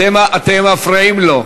אתם מפריעים לו.